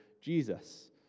Jesus